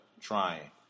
trying